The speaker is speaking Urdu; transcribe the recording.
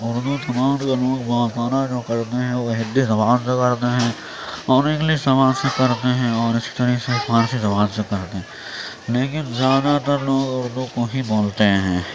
اردو زبان کا لوگ موازنہ جو کرتے ہیں وہ ہندی زبان سے کرتے ہیں اور انگلش زبان سے کرتے ہیں اور اسی طرح سے فارسی زبان سے کرتے ہیں لیکن زیادہ تر لوگ اردو کو ہی بولتے ہیں